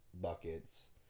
buckets